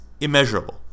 immeasurable